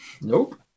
Nope